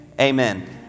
Amen